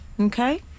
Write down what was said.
Okay